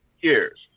years